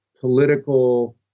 political